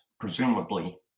presumably